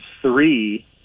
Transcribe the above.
three